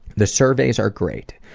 the surveys are great.